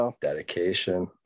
Dedication